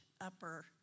upper